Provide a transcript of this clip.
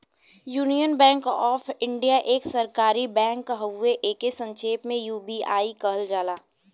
union Bank of India एक सरकारी bank हउवे एके संक्षेप में यू.बी.आई कहल जाला